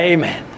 Amen